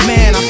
Man